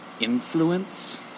influence